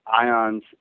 ions